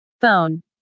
Phone